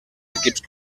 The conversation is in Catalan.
equips